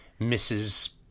Mrs